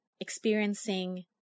experiencing